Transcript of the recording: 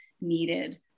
needed